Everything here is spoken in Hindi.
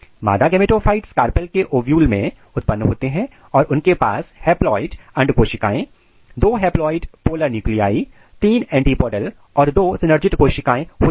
मादा गेमेटोफाइट्स कार्पेल के ओव्यूल्स में उत्पन्न होते हैं और उनके पास हैप्लॉयड अंड कोशिकाएं दो हैप्लॉयड पोलर न्यूक्लिआई 3 एंटीपोडल और दो सिनर्जिड कोशिकाएं होती हैं